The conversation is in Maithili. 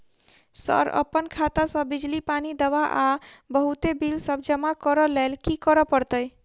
सर अप्पन खाता सऽ बिजली, पानि, दवा आ बहुते बिल सब जमा करऽ लैल की करऽ परतै?